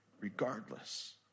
regardless